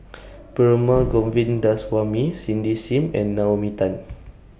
Perumal Govindaswamy Cindy SIM and Naomi Tan